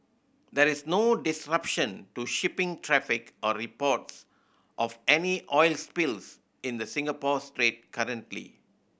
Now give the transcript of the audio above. there is no disruption to shipping traffic or reports of any oil spills in the Singapore Strait currently